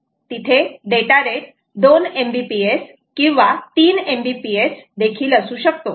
तिथे data rate 2 MBPS किंवा 3 MBPS देखील असू शकतो